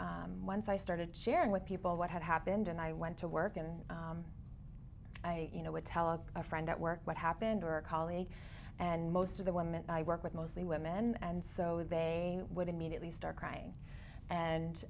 once i started sharing with people what had happened and i went to work and i you know would tell a friend at work what happened or a colleague and most of the women i work with mostly women and so they would immediately start crying and